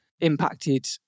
impacted